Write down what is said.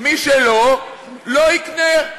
מי שלא, לא יקנה.